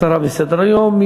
הסרה מסדר-היום.